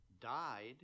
died